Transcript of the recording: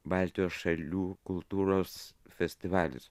baltijos šalių kultūros festivalis